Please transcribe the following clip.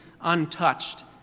untouched